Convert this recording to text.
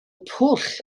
pwll